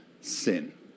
sin